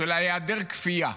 של היעדר כפייה,